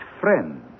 friend